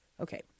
okay